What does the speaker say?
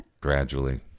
gradually